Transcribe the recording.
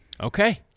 Okay